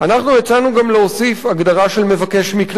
אנחנו הצענו גם להוסיף הגדרה של מבקש מקלט: